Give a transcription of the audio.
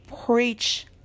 preach